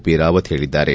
P Rawat ಹೇಳಿದ್ದಾರೆ